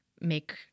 make